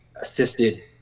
assisted